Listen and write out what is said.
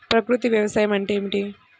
ప్రకృతి వ్యవసాయం అంటే ఏమిటి?